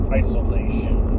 isolation